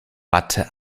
watte